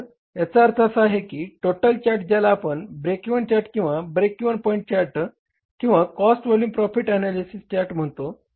तर याचा अर्थ असा आहे की टोटल चार्ट ज्याला आपण ब्रेक इव्हन चार्ट किंवा ब्रेक इव्हन पॉईंट चार्ट किंवा cost volume profit analysis chart म्हणतात